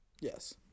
yes